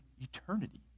eternity